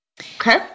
Okay